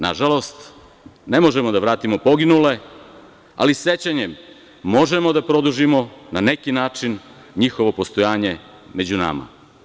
Na žalost, ne možemo da vratimo poginule, ali sećanjem možemo da produžimo na neki način njihovo postojanje među nama.